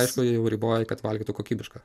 aišku jie jau riboja kad valgytų kokybišką